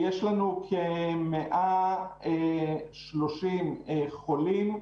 יש לנו כ-130 חולים,